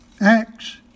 Acts